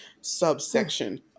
subsection